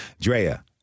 Drea